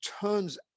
turns